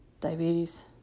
diabetes